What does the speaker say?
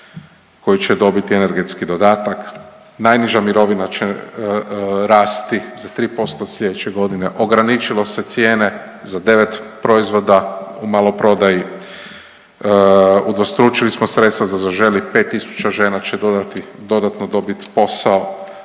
koji će dobiti energetski dodatak, najniža mirovina će rasti za 3% sljedeće godine, ograničilo se cijene za devet proizvoda u maloprodaji, udvostručili smo sredstva za „Zaželi“, 5.000 žena će dodatno dobiti posao,